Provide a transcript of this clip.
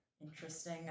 interesting